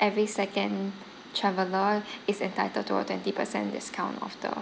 every second traveler is entitled to a twenty percent discount off the